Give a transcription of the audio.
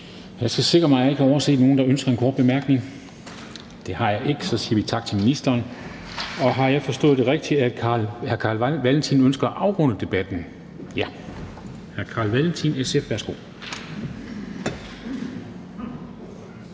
Jeg skal sikre mig, at jeg ikke har overset nogen, der ønsker en kort bemærkning. Det har jeg ikke, og så siger vi tak til ministeren. Har jeg forstået det rigtigt, at hr. Carl Valentin ønsker at afrunde debatten? Ja. Hr. Carl Valentin, SF, værsgo.